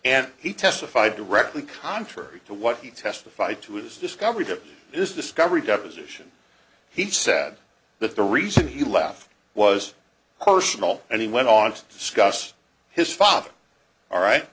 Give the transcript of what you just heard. and he testified directly contrary to what he testified to his discovery of this discovery deposition he said that the reason he left was personal and he went on to scott's his father all right